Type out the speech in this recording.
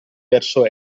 verso